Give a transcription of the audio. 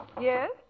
Yes